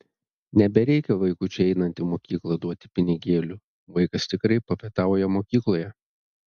nebereikia vaikučiui einant į mokyklą duoti pinigėlių vaikas tikrai papietauja mokykloje